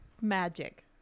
Magic